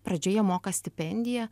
pradžioje moka stipendiją